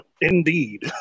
Indeed